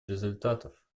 результатов